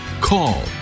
Call